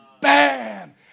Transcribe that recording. Bam